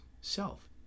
self